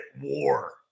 War